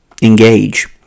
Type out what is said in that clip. engage